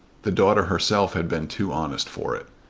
the daughter herself had been too honest for it.